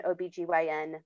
OBGYN